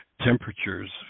temperatures